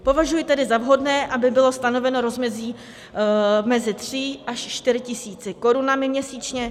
Považuji tedy za vhodné, aby bylo stanoveno rozmezí mezi 3 až 4 tisíci korun měsíčně.